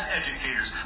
educators